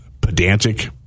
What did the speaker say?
pedantic